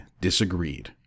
disagreed